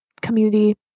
community